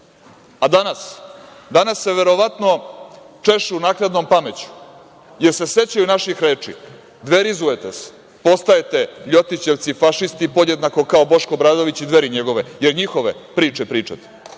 danas, danas se verovatno češu naknadnom pameću, jer se sećaju naših reči – dverizujete se, postajete ljotićevci i fašisti podjednako kao Boško Obradović i Dveri njegove, jer njihove priče pričate.